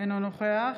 אינו נוכח